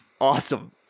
Awesome